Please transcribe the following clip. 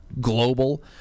global